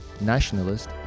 nationalist